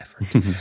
effort